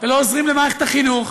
ולא עוזרים למערכת החינוך.